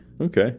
Okay